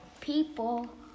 people